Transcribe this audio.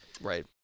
Right